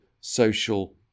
social